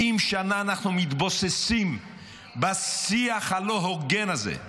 70 שנה אנחנו מתבוססים בשיח הלא-הוגן הזה,